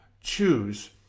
choose